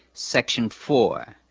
section four,